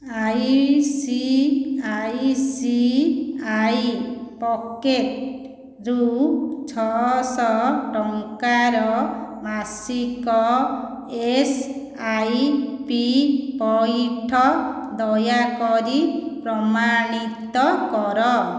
ICICI ପକେଟ୍ରୁ ଛଅଶହ ଟଙ୍କାର ମାସିକ ଏସ୍ଆଇପି ପଇଠ ଦୟାକରି ପ୍ରମାଣିତ କର